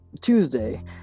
Tuesday